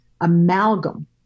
amalgam